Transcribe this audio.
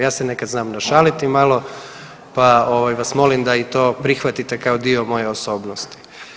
Ja se nekad znam našaliti malo pa vas molim da i to prihvatite kao dio moje osobnosti.